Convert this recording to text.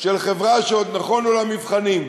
של חברה שעוד נכונו לה מבחנים.